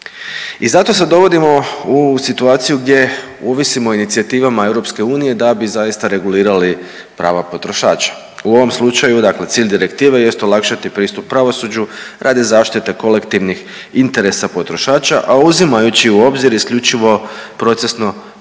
I zato se dovodimo u situaciju gdje ovisimo o inicijativama EU da bi zaista regulirali prava potrošača. U ovom slučaju dakle cilj direktive jest olakšati pristup pravosuđu radi zaštite kolektivnih interesa potrošača, a uzimajući u obzir isključivo procesno-pravnu